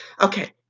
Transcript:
Okay